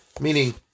Meaning